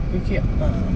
tapi okay ah